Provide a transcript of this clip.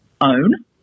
own